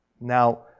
Now